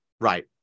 right